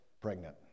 pregnant